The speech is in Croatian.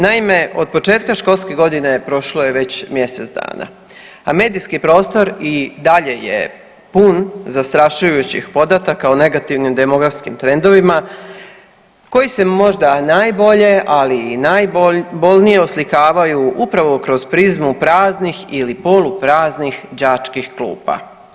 Naime, od početka školske godine prošlo je već mjesec dana, a medijski prostor i dalje je pun zastrašujućih podataka o negativnim demokratskim trendovima koji se možda najbolje, ali i najbolnije oslikavaju upravo kroz prizmu praznih ili polupraznih đačkih klupa.